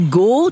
go